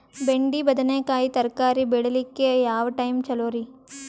ಬೆಂಡಿ ಬದನೆಕಾಯಿ ತರಕಾರಿ ಬೇಳಿಲಿಕ್ಕೆ ಯಾವ ಟೈಮ್ ಚಲೋರಿ?